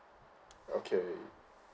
okay